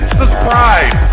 subscribe